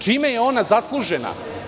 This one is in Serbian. Čime je ona zaslužena?